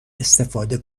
استفاده